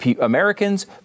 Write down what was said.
Americans